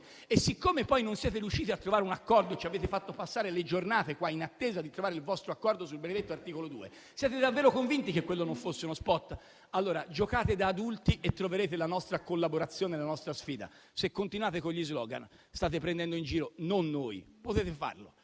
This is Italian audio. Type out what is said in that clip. E siccome poi non siete riusciti a trovare un accordo, ci avete fatto passare le giornate in attesa di trovare il vostro accordo sul benedetto articolo 2: siete davvero convinti che quello non fosse uno *spot*? Allora, giocate da adulti e troverete la nostra collaborazione e la nostra sfida. Se continuate con gli *slogan*, state prendendo in giro non noi, perché potete farlo,